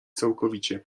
całkowicie